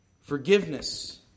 Forgiveness